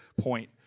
point